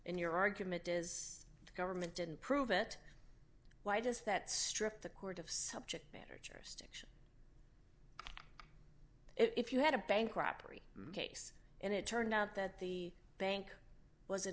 and your argument is the government didn't prove it why does that strip the court of subject matter if you had a bank robbery case and it turned out that the bank wasn't